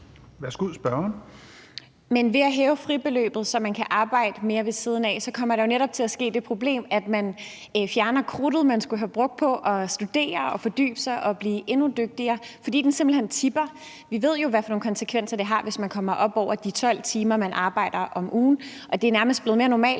Velasquez (EL): Men ved at hæve fribeløbet, så man kan arbejde mere ved siden af, kommer der jo netop til at være det problem, at man fjerner krudtet, man skulle have brugt på at studere, fordybe sig og blive endnu dygtigere, fordi det simpelt hen tipper. Vi ved jo, hvad for nogle konsekvenser det har, hvis man kommer op over de 12 timer, man arbejder om ugen, og det er nærmest blevet mere normalt,